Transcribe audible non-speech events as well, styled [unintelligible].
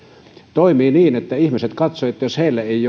toimii niin että jos ihmiset katsovat että heillä ei [unintelligible]